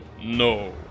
No